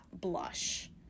blush